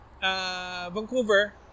Vancouver